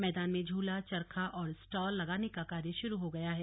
मैदान में झूला चरखा और स्टाल लगाने का कार्य शुरू हो गया है